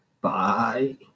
Bye